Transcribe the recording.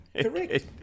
Correct